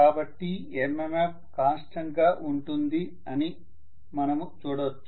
కాబట్టి MMF constant గా ఉంటుంది అని మనము చూడొచ్చు